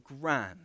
grand